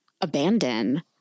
abandon